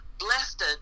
blessed